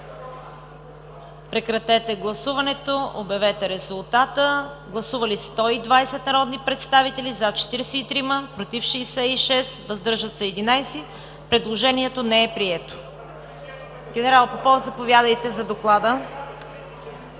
Прекратете гласуването и обявете резултата. Гласували 120 народни представители: за 43, против 66, въздържали се 11. Предложението не е прието. Генерал Попов, заповядайте за доклада